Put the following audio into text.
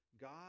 God